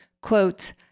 Quote